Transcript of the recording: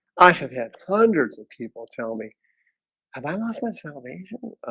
i have had hundreds of people tell me have i lost my salvation?